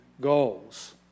goals